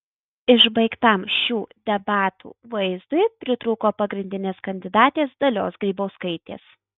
išbaigtam šių debatų vaizdui pritrūko pagrindinės kandidatės dalios grybauskaitės